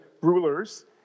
rulers